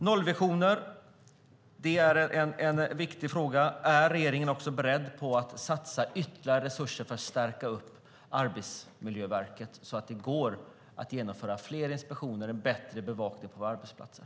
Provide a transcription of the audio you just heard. Nollvisionen är en viktig fråga. Är regeringen beredd att satsa ytterligare resurser för att stärka Arbetsmiljöverket så att de kan genomföra fler inspektioner och ha en bättre bevakning på våra arbetsplatser?